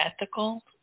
ethical